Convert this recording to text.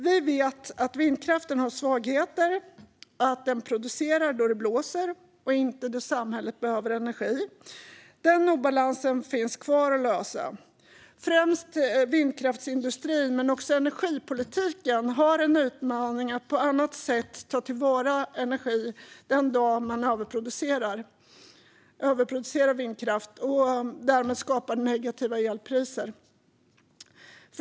Vi vet att vindkraften har svagheten att den producerar då det blåser och inte då samhället behöver mer energi. Den obalansen finns kvar att lösa. Främst vindkraftsindustrin men också energipolitiken har en utmaning att på annat sätt ta till vara energin den dag man överproducerar vindkraft och därmed skapar negativa elpriser.